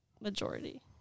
Majority